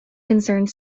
concerned